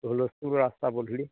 হুলস্থুল ৰাস্তা পদূলি